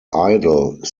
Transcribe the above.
idle